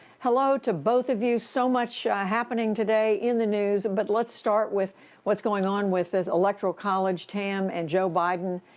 hello to both of you. so much happening today in the news, but let's start with what is going on with this electoral college, tam, and joe biden.